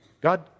God